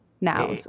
now